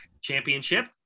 championship